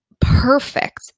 perfect